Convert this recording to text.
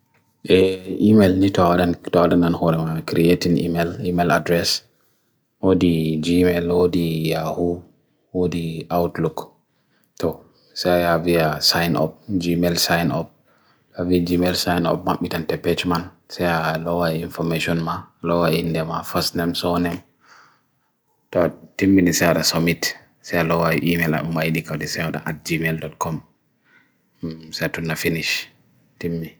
e email nito adan an hoa creating email address o di gmail o di outlook so saya we sign up, gmail sign up a we gmail sign up mat mitan tepej man saya lower information ma, lower in the first name so on toa timmi nisaada submit saya lower email a ma edika di saya o da at gmail.com saya toon na finish